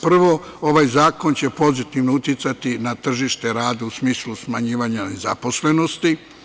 Prvo, ovaj zakon će pozitivno uticati na tržište rada u smislu smanjivanja nezaposlenosti.